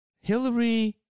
Hillary